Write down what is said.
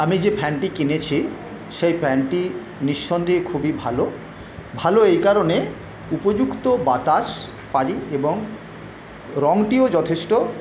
আমি যে ফ্যানটি কিনেছি সেই ফ্যানটি নিঃসন্দেহে খুবই ভালো ভালো এই কারণে উপযুক্ত বাতাস পাই এবং রঙটিও যথেষ্ট